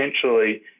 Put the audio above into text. potentially